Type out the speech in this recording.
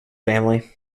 family